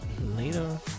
Later